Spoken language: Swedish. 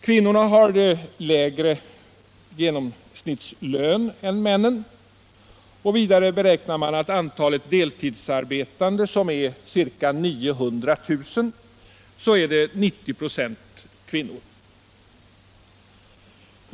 Kvinnorna har lägre genomsnittslön än männen, och vidare beräknar man att av antalet deltidsarbetande, ca 900 000, är 90 26 kvinnor.